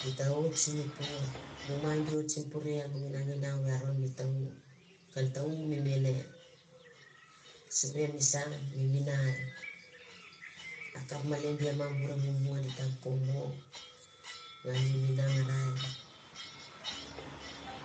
Di ta oti simi pure bu mai di oti simi pure bu nagina naginou i aron mi ken tau mi mane surie misa mi mi nare a kap ma bure mala di mumua di tang komo ngan mi minangari